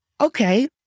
okay